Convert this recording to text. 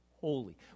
holy